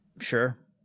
Sure